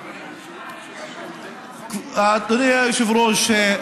אדוני היושב-ראש,